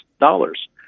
dollars